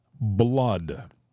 blood